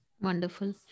Wonderful